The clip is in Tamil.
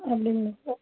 அப்படிங்களா சார்